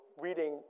reading